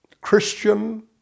Christian